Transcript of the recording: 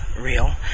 real